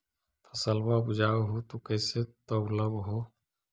फसलबा उपजाऊ हू तो कैसे तौउलब हो?